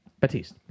Baptiste